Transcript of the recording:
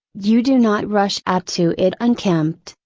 you do not rush out to it unkempt,